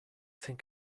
think